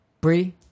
Bree